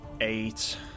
Eight